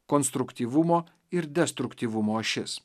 konstruktyvumo ir destruktyvumo ašis